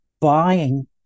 buying